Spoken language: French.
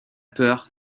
peur